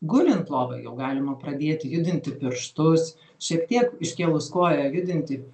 gulint lovoj jau galima pradėt judinti pirštus šiek tiek iškėlus koją judinti